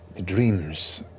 dreams